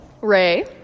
Ray